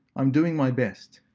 i'm doing my best.